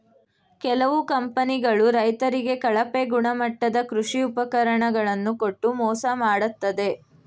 ಕೆಲವು ಕಂಪನಿಗಳು ರೈತರಿಗೆ ಕಳಪೆ ಗುಣಮಟ್ಟದ ಕೃಷಿ ಉಪಕರಣ ಗಳನ್ನು ಕೊಟ್ಟು ಮೋಸ ಮಾಡತ್ತದೆ